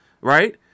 Right